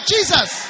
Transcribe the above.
Jesus